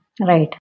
Right